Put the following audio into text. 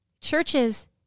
churches